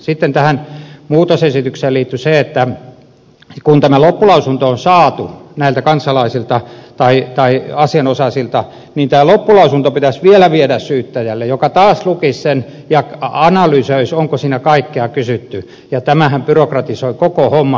sitten tähän muutosesitykseen liittyi se että kun tämä loppulausunto on saatu näiltä kansalaisilta tai asianosaisilta niin tämä loppulausunto pitäisi vielä viedä syyttäjälle joka taas lukisi sen ja analysoisi onko siinä kaikkea kysytty ja tämähän byrokratisoisi koko homman